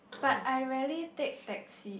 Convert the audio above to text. but I rarely take taxi